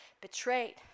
betrayed